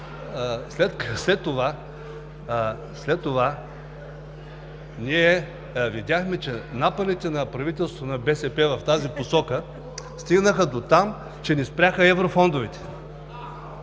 След това ние видяхме, че напъните на правителството на БСП в тази посока стигнаха дотам, че ни спряха еврофондовете.